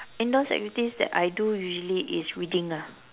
indoors activities that I do usually is reading ah